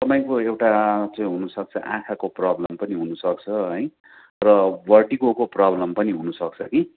तपाईँको एउटा चाहिँ हुनसक्छ आँखाको प्रब्लम पनि हुनुसक्छ है र भर्टिगोको प्रब्लम पनि हुनसक्छ कि